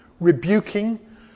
rebuking